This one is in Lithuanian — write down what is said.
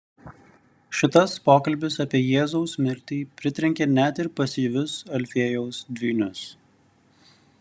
šitas pokalbis apie jėzaus mirtį pritrenkė net ir pasyvius alfiejaus dvynius